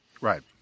right